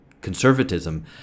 conservatism